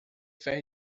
ferro